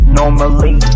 normally